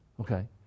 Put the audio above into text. Okay